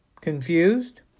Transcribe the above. Confused